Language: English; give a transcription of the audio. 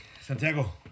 Santiago